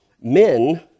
Men